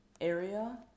area